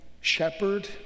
shepherd